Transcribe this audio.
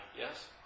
yes